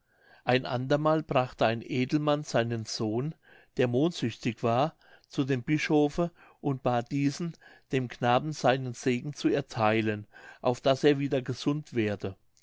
ein andermal brachte ein edelmann seinen sohn der mondsüchtig war zu dem bischofe und bat diesen dem knaben seinen segen zu ertheilen auf daß er wieder gesund werde